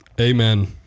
Amen